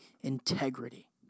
integrity